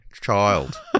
child